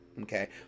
okay